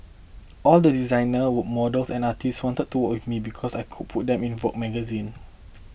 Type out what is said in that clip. all the designer would models and artists wanted to work with me because I could put them in Vogue magazine